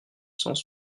sans